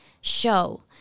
show